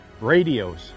radios